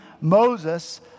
Moses